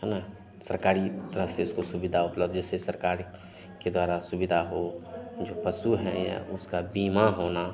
है ना सरकारी तरह से उसको सुविधा उपलब्ध जैसे सरकार के द्वारा सुविधा हो जो पशु हैं या उसका बीमा होना